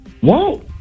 whoa